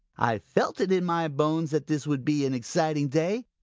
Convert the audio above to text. i felt it in my bones that this would be an exciting day.